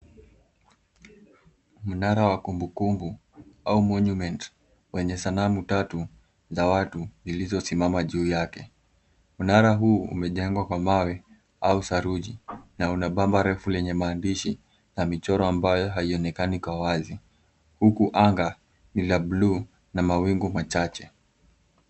Mnara wa kumbukumbu au monument wenye sanamu tatu za watu zilizosimama juu yake. Mnara huu umejengwa kwa mawe au saruji na una bomba refu lenye maandishi na michoro ambayo haionekani kwa wazi huku anga ni la buluu na mawingu machache.